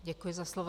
Děkuji za slovo.